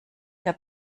der